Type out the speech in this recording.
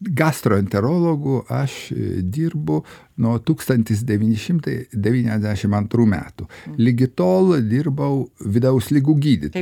gastroenterologu aš dirbu nuo tūkstantis devyni šimtai devyniasdešimt antrų metų ligi tol dirbau vidaus ligų gydytoju